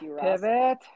Pivot